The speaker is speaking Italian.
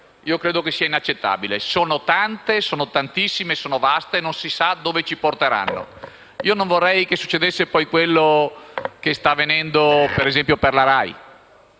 Io credo che sia inaccettabile: sono tante, sono tantissime, sono vaste e non si sa dove ci porteranno. Non vorrei che succedesse poi quello che sta avvenendo ad esempio per la RAI,